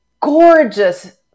gorgeous